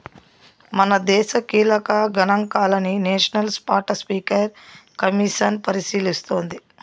మనదేశ కీలక గనాంకాలని నేషనల్ స్పాటస్పీకర్ కమిసన్ పరిశీలిస్తోంది